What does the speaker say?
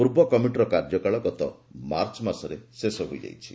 ପୂର୍ବ କମିଟିର କାର୍ଯ୍ୟକାଳ ଗତ ମାର୍ଚ୍ଚ ମାସରେ ଶେଷ ହୋଇଥିଲା